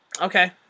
Okay